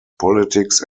politics